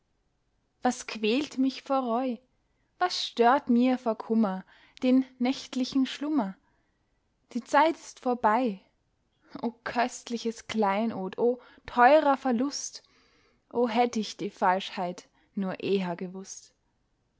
was quält mich vor reu was stört mir vor kummer den nächtlichen schlummer die zeit ist vorbei o köstliches kleinod o teurer verlust o hätt ich die falschheit nur eher gewußt